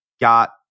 got